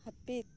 ᱦᱟᱹᱯᱤᱫ